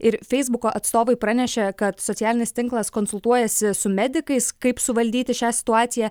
ir feisbuko atstovai pranešė kad socialinis tinklas konsultuojasi su medikais kaip suvaldyti šią situaciją